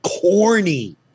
corny